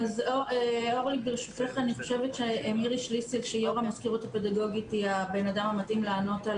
אורלי, ברשותך, אני חושבת שמירי שליסל, שהיא יו"ר